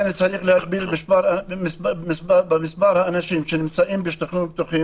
לכן צריך להסביר על מספר האנשים שנמצאים בשטחים הפתוחים,